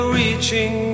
reaching